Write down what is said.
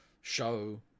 show